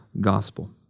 Gospel